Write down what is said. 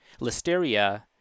listeria